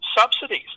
subsidies